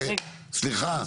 סליחה.